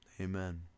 Amen